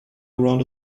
around